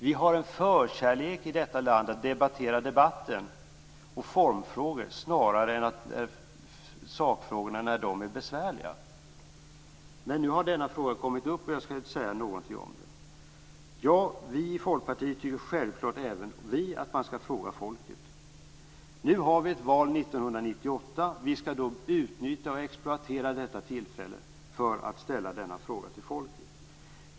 Vi har en förkärlek i detta land att debattera debatten och formfrågor snarare än sakfrågorna när dessa är besvärliga. Men nu har denna fråga kommit upp, och jag skall säga någonting om den. Även vi i Folkpartiet tycker självklart att man skall fråga folket. Nu har vi ett val 1998, och vi skall då utnyttja och exploatera detta tillfälle för att ställa denna fråga till folket.